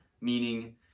meaning